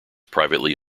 privately